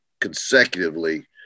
consecutively